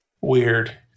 weird